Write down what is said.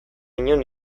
inon